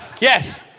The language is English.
Yes